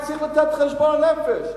רבותי, צריך לעשות חשבון נפש.